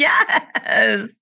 Yes